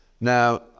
Now